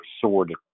sword